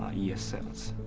ah yeah es cells.